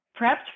prepped